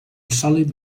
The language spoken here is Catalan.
sòlid